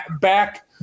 back